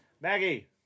Maggie